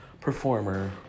performer